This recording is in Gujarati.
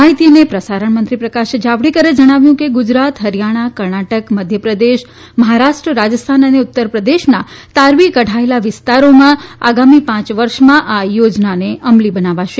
માહિતી પ્રસારણ મંત્રી પ્રકાશ જાવડેકરે જણાવ્યું કે ગુજરાત હરીયાણા કર્ણાટક મધ્યપ્રદેશ મહારાષ્ટ્ર રાજસ્થાન અને ઉત્તરપ્રદેશના તારવી કઢાયેલા વિસ્તારોમાં આગામી પાંચ વર્ષમાં આ યોજનાને અમલી બનાવાશે